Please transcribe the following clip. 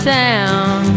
town